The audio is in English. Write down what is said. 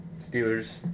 Steelers